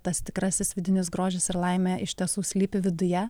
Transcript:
tas tikrasis vidinis grožis ir laimė iš tiesų slypi viduje